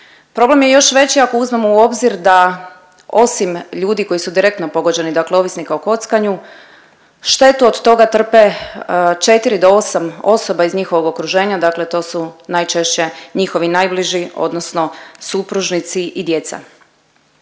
Problem je još veći ako uzmemo u obzir da osim ljudi koji su direktno pogođeni, dakle ovisnika o kockanju štetu od toga trpe 4 do 8 osoba iz njihova okruženja, dakle to su najčešće njihovi najbliži odnosno supružnici i djeca.